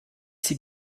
sie